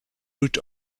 root